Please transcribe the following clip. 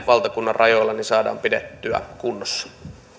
valtakunnan rajoilla saadaan pidettyä kunnossa